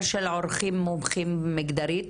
מאגר של עורכים מומחים מגדרית,